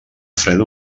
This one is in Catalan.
freda